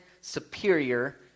superior